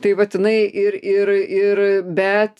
tai vat jinai ir ir ir bet